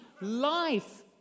life